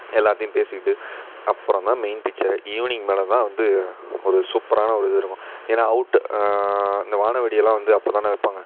எல்லாத்தையும் பேசிக்கிட்டு அப்புறம் தான் மெயின் பிச்சரே ஈவ்னிங் மேல்தான் வந்து ஒரு சூப்பரான ஒரு இது இருக்கும் ஏன்னால் அவுட்டு இந்த வானவெடியெல்லாம் வந்து அப்போ தானே வைப்பாங்க